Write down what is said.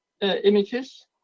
images